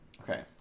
Okay